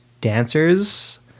dancers